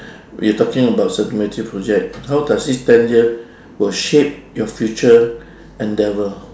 we're talking about sustainability project how does this ten years will shape your future endeavour